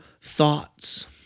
thoughts